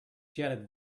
jetted